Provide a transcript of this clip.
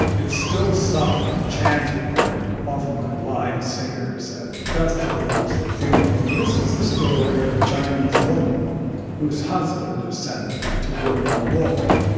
it's still sung and chanted, often by blind singers at festivals or funerals, and this is the story of a chinese woman whose husband is sent to work on the wall,